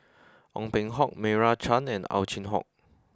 Ong Peng Hock Meira Chand and Ow Chin Hock